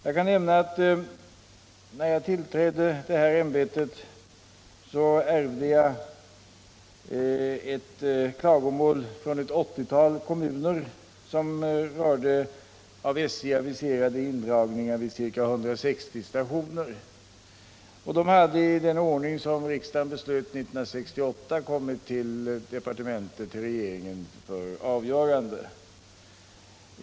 Jag kan nämna att när jag tillträdde det här ämbetet ärvde jag klagomål från ett 80-tal kommuner som rörde av SJ aviserade indragningar vid I ca 160 stationer. De ärendena hade i den ordning som riksdagen beslöt Om persontrafiken 1968 kommit till regeringen för avgörande.